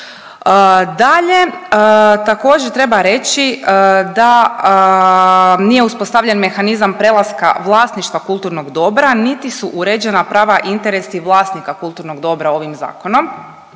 Dalje, također treba reći da nije uspostavljen mehanizam prelaska vlasništva kulturnog dobra niti su uređena prava interesi vlasnika kulturnog dobra ovim zakonom